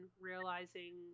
realizing